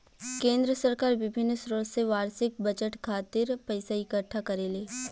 केंद्र सरकार बिभिन्न स्रोत से बार्षिक बजट खातिर पइसा इकट्ठा करेले